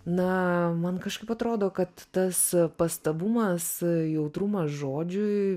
na man kažkaip atrodo kad tas pastabumas jautrumas žodžiui